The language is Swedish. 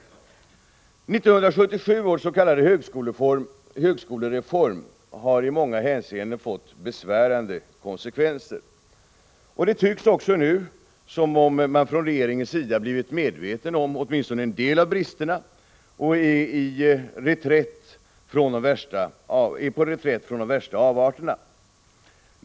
1977 års s.k. högskolereform har i många hänseenden fått besvärande konsekvenser. Det verkar nu som om regeringen blivit medveten om åtminstone en del av bristerna och är på reträtt från de värsta avarterna.